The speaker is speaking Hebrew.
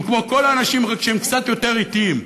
הם כמו כל האנשים, רק שהם קצת יותר אטיים.